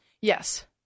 Yes